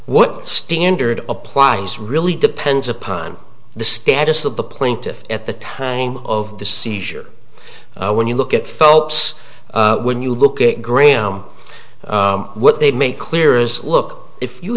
what standard applies really depends upon the status of the plaintiff at the time of the seizure when you look at phelps when you look at graham what they make clear is look if you